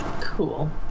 cool